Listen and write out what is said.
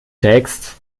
text